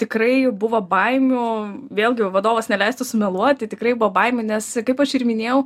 tikrai buvo baimių vėlgi vadovas neleistų sumeluoti tikrai buvo baimių nes kaip aš ir minėjau